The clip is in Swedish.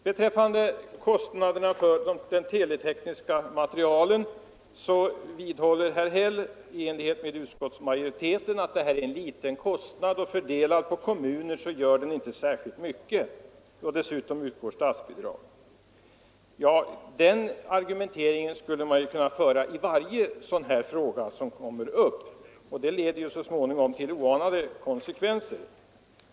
Beträffande kostnaderna för den teletekniska materielen vidhåller herr Häll i enlighet med utskottsmajoriteten att det är en liten kostnad, som när den fördelas på kommunerna inte blir så betydande. Dessutom utgår statliga skatteutjämningsbidrag. Den argumenteringen skulle man kunna föra i varje sådan här fråga som kommer upp, vilket så småningom skulle leda till oanade konsekvenser.